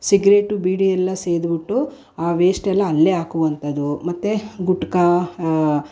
cigarette beedi ಎಲ್ಲ ಸೇದಿಬಿಟ್ಟು ಆ ವೇಷ್ಟೆಲ್ಲ ಅಲ್ಲಿಯೇ ಹಾಕುವಂಥದು ಮತ್ತು ಗುಟ್ಕಾ